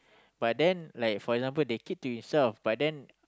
but then like for example they keep to itself but then